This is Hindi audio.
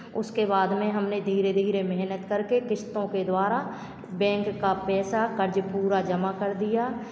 उसके बाद में हमने धीरे धीरे मेहनत करके किस्तों के द्वारा बैंक का पैसा कर्ज़ पूरा जमा कर दिया